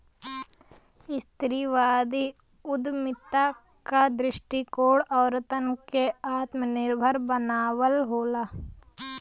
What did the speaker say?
स्त्रीवादी उद्यमिता क दृष्टिकोण औरतन के आत्मनिर्भर बनावल होला